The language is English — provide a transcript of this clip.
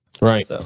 Right